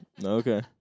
Okay